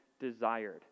desired